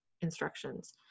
instructions